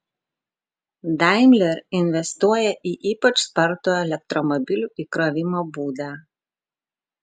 daimler investuoja į ypač spartų elektromobilių įkrovimo būdą